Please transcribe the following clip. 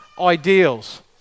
ideals